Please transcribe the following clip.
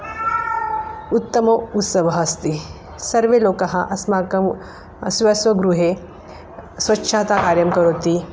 उत्तम उत्सवः अस्ति सर्वे लोकः अस्माकं स्व स्वगृहे स्वच्छता कार्यं करोति